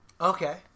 Okay